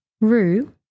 rue